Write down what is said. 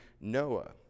Noah